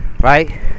right